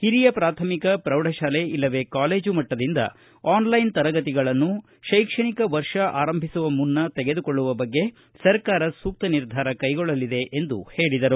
ಹಿರಿಯ ಪ್ರಾಥಮಿಕ ಪ್ರೌಢಶಾಲೆ ಇಲ್ಲವೇ ಕಾಲೇಜು ಮಟ್ಟದಿಂದ ಆನ್ಲೈನ್ ತರಗತಿಗಳನ್ನು ಶೈಕ್ಷಣಿಕ ವರ್ಷ ಆರಂಭಿಸುವ ಮುನ್ನ ತೆಗೆದುಕೊಳ್ಳುವ ಬಗ್ಗೆ ಸರ್ಕಾರ ಸೂಕ್ತ ನಿರ್ಧಾರ ಕೈಗೊಳ್ಳಲಿದೆ ಎಂದು ಹೇಳಿದರು